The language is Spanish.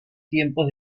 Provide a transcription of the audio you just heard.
tiempos